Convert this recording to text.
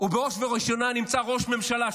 ובראש וראשונה נמצא ראש ממשלה.